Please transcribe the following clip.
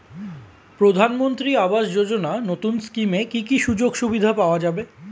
প্রধানমন্ত্রী আবাস যোজনা নতুন স্কিমে কি কি সুযোগ সুবিধা পাওয়া যাবে?